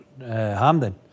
Hamden